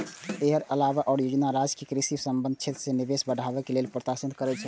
एकर अलावे ई योजना राज्य कें कृषि आ संबद्ध क्षेत्र मे निवेश बढ़ावे लेल प्रोत्साहित करै छै